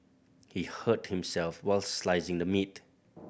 he hurt himself while slicing the meat